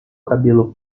cabelo